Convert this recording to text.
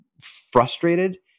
frustrated